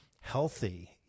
healthy